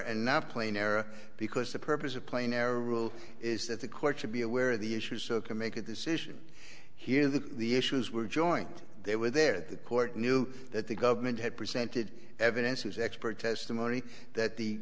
and not plane air because the purpose of plane air rule is that the court should be aware of the issue so it can make a decision here that the issues were joint they were there the court knew that the government had presented evidence as expert testimony that the